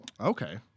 okay